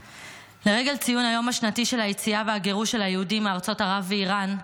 לרגל ציון היום השנתי של היציאה והגירוש של היהודים מארצות ערב ואיראן,